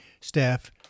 staff